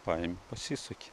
paimi pasisuki